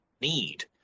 need